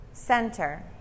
center